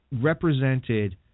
represented